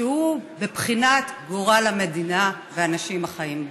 שהוא בבחינת גורל המדינה והאנשים החיים בה?